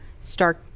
start